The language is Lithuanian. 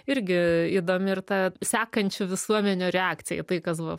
irgi įdomi ir ta sekančių visuomenių reakcija į tai kas buvo